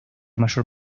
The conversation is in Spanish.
mayor